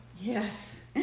Yes